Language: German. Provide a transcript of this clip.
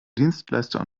dienstleister